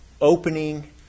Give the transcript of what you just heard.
opening